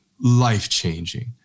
life-changing